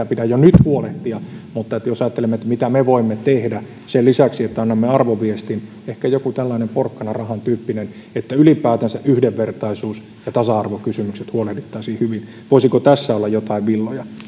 pidä jo nyt huolehtia mutta jos ajattelemme mitä me voimme tehdä sen lisäksi että annamme arvoviestin niin ehkä voisi olla joku tällainen porkka narahan tyyppinen niin että ylipäätänsä yhdenvertaisuus ja tasa arvokysymyksistä huolehdittaisiin hyvin voisiko tässä olla jotain villoja